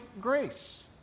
grace